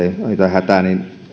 hätää vaan